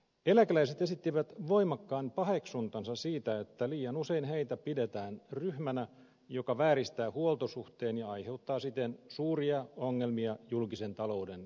eläkeläiset esittivät voimakkaan paheksuntansa siitä että liian usein heitä pidetään ryhmänä joka vääristää huoltosuhteen ja aiheuttaa siten suuria ongelmia julkisen talouden kestävyydelle